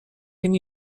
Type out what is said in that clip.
can